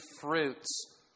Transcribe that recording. fruits